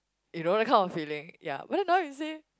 you know that kind of feeling ya but then now you say